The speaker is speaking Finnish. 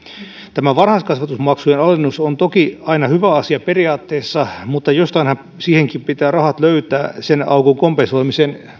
tämä varhaiskasvatusmaksujen alennus on toki aina hyvä asia periaatteessa mutta jostainhan siihenkin pitää rahat löytää viimeistään sitten kuntataloudessa sen aukon kompensoimiseen